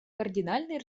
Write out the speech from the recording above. кардинально